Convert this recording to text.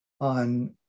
on